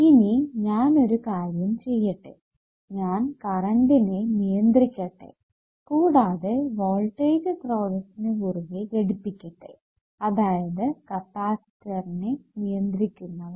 ഇനി ഞാൻ ഒരു കാര്യം ചെയ്യട്ടെ ഞാൻ കറണ്ടിനെ നിയന്ത്രിക്കട്ടെ കൂടാതെ വോൾടേജ് സ്രോതസ്സിനു കുറുകെ ഘടിപ്പിക്കട്ടെ അതായത് കപ്പാസിറ്ററിനെ നിയന്ത്രിക്കുന്നവ